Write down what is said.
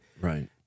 Right